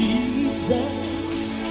Jesus